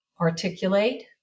articulate